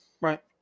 Right